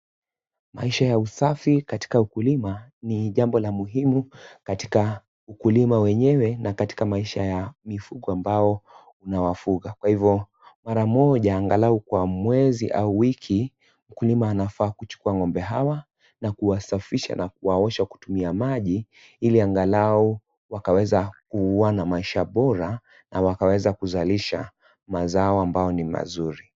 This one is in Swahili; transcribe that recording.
Maisha ya usafi katika ukulima ni jambo la muhimu katika ukulima wenyewe, na katika maisha ya mifugo ambao unawafuga. Kwa hivo, mara moja angalau kwa mwezi au wiki mkulima anafaa kuchukua ng'ombe hawa, na kuwasafisha kutumia maji ili angalau wakaweza kuwa na maisha bora, na wakaweza kuzalisha mazao ambayo ni mazuri.